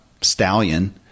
stallion